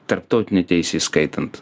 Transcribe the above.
tarptautinė teisė įskaitant